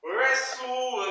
Wrestle